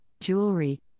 jewelry